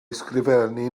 ysgrifennu